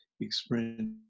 experience